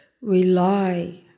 rely